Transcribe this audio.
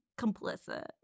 complicit